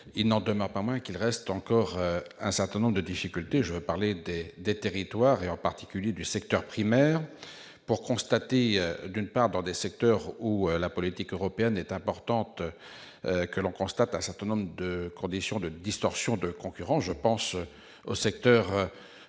il n'en demeure pas moins qu'il reste encore un certain nombre de difficultés, je vais parler elle des territoires et en particulier du secteur primaire pour constater d'une part dans des secteurs où la politique européenne est importante, que l'on constate un certain nombre de conditions de distorsion de concurrence, je pense au secteur affecté